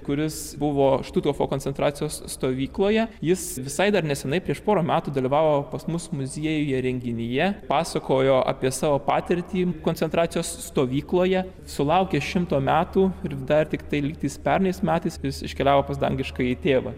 kuris buvo štuthofo koncentracijos stovykloje jis visai dar neseniai prieš porą metų dalyvavo pas mus muziejuje renginyje pasakojo apie savo patirtį koncentracijos stovykloje sulaukė šimto metų ir dar tiktai lygtais pernai metais jis iškeliavo pas dangiškąjį tėvą